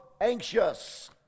anxious